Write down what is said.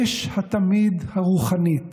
אש התמיד הרוחנית